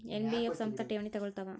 NBF ಸಂಸ್ಥಾ ಠೇವಣಿ ತಗೋಳ್ತಾವಾ?